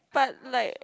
but like